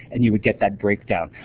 and you would get that breakdown.